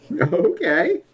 Okay